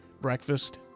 breakfast